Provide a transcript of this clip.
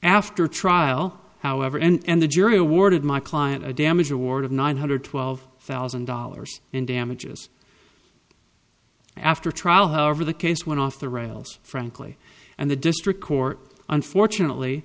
after trial however and the jury awarded my client a damage award of nine hundred twelve thousand dollars in damages after trial however the case went off the rails frankly and the district court unfortunately